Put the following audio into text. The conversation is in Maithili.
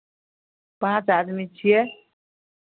पाँच आदमी छियै